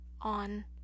on